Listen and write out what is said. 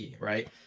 right